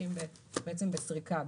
משתמשים בסריקה,